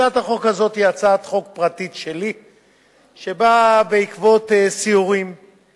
יציג את הצעת החוק יושב-ראש ועדת העבודה,